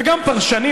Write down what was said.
וגם פרשנים,